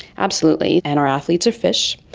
absolutely, and our athletes are fish.